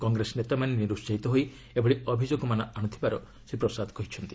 କଂଗ୍ରେସ ନେତାମାନେ ନିରୁସ୍କାହିତ ହୋଇ ଏଭଳି ଅଭିଯୋଗମାନ ଆଣୁଥିବାର ଶ୍ରୀ ପ୍ରସାଦ କହିଚ୍ଚନ୍ତି